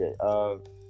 Okay